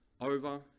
over